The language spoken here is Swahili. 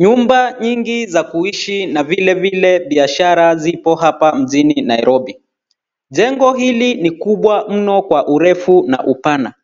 Nyumba mingi ya kuishi na vilevile biashara zipo hapa mjini Nairobi. Jengo hili ni kubwa mno kwa urefu na upana.